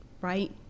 right